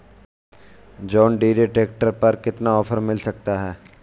John Deere tractor पर कितना offer मिल सकता है?